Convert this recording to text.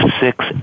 six